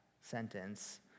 sentence